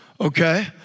okay